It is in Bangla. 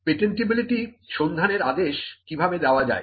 পেটেন্টিবিলিটি সন্ধানের আদেশ কিভাবে দেওয়া যায়